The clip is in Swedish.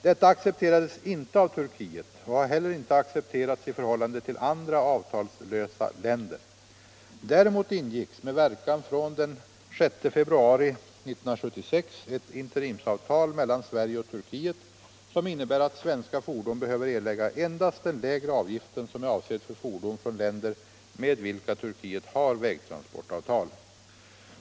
Detta accepterades inte av Turkiet och har inte heller accepterats i förhållande till andra avtalslösa länder. Däremot ingicks med verkan från den 6 februari 1976 ett interimsavtal mellan Sverige och Turkiet, som innebär att svenska fordon behöver erlägga endast den lägre avgiften, som är avsedd för fordon från länder med vilka Turkiet har vägtransportavtal.